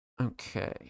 okay